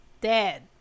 Dead